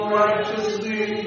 righteously